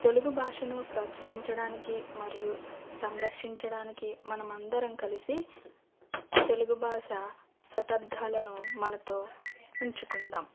తెలుగు భాషను ప్రోత్సహించడానికి మరియు సంరక్షించడానికి మనమందరం కలిసి తెలుగు భాష శతాబ్ధాలను మనతో ఉంచుకుందాం